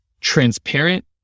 transparent